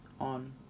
on